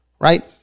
right